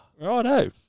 Righto